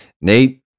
Nate